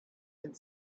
could